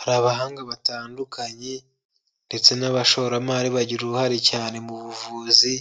Hari abahanga batandukanye, ndetse n'abashoramari bagira uruhare cyane mu buvuzi